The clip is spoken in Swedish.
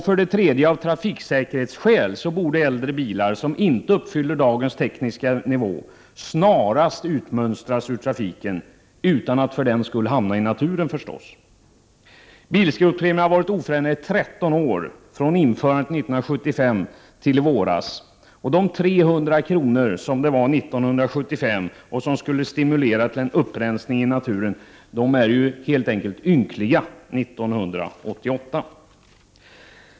För det tredje: Av trafiksäkerhetsskäl borde äldre bilar, som inte uppfyller dagens tekniska nivå, snarast utmönstras ur trafiken, utan att för den skull hamna i naturen. Bilskrotningspremien har varit oförändrad i 13 år, från införandet 1975 fram till i våras. De 300 kr. som år 1975 skulle stimulera till en upprensning i naturen är ju ynkliga 1988.